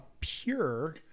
pure